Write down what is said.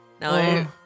No